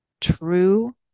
true